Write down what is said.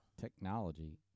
Technology